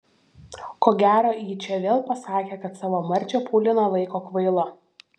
ko gero ji čia vėl pasakė kad savo marčią pauliną laiko kvaila